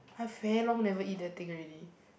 I very long never eat that thing already